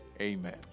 Amen